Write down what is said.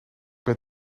ben